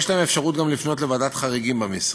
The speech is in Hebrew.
יש להן אפשרות גם לפנות לוועדת חריגים במשרד,